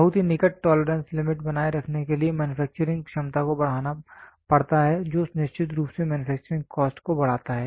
बहुत ही निकट टोलरेंस लिमिट बनाए रखने के लिए मैन्युफैक्चरिंग क्षमता को बढ़ाना पड़ता है जो निश्चित रूप से मैन्युफैक्चरिंग कॉस्ट को बढ़ाता है